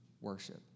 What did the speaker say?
worship